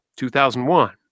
2001